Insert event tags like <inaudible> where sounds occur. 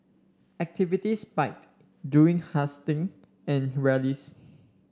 activity spiked during <unintelligible> and rallies